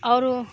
और